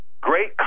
great